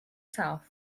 south